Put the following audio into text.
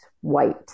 White